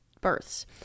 births